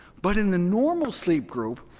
but in the normal sleep group,